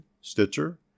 Stitcher